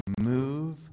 move